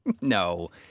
No